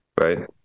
right